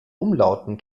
umlauten